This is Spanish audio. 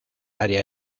área